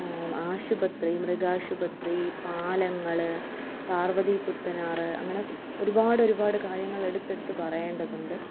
ആശുപത്രി മൃഗാശുപത്രി പാലങ്ങൾ പാർവ്വതി പുത്തനാറ് അങ്ങനെ ഒരുപാടൊരുപാട് കാര്യങ്ങൾ എടുത്തെടുത്തു പറയേണ്ടതുണ്ട്